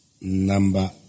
number